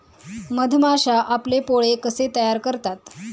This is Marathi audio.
मधमाश्या आपले पोळे कसे तयार करतात?